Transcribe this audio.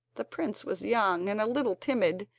the prince was young and a little timid,